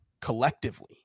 collectively